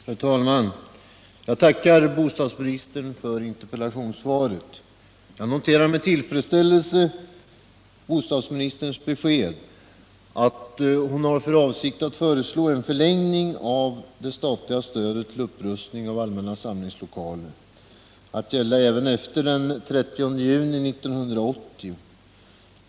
Herr talman! Jag tackar bostadsministern för interpellationssvaret. Jag noterar med tillfredsställelse bostadsministerns besked att hon har för avsikt att föreslå en förlängning av det statliga stödet till upprustning av allmänna samlingslokaler att gälla även efter den 30 juni 1980.